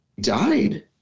died